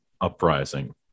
uprising